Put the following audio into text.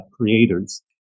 creators